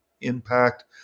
impact